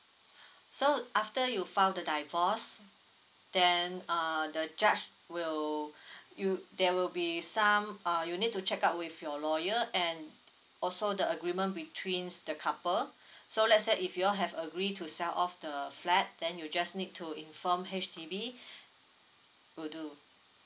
so after you file the divorce then err the judge will you there will be some uh you need to check out with your lawyer and also the agreement between the couple so let's say if you all have agree to sell off the flat then you just need to inform H_D_B will do